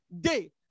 day